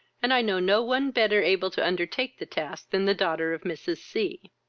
and i know no one better able to undertake the task than the daughter of mrs. c.